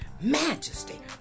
majesty